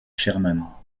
sherman